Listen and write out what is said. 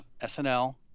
SNL